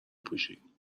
پوشی